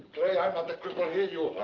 um the cripple here, you